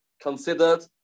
considered